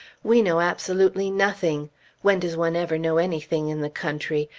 we know absolutely nothing when does one ever know anything in the country?